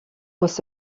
was